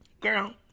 Girl